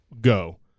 Go